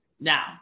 Now